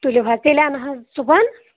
تُلِو حظ تیٚلہِ اَن حظ صُبحَن